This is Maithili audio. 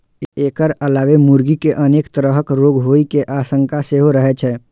एकर अलावे मुर्गी कें अनेक तरहक रोग होइ के आशंका सेहो रहै छै